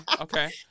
Okay